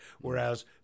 whereas